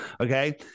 Okay